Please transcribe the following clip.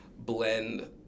blend